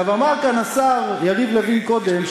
אמר כאן השר יריב לוין קודם,